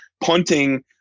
punting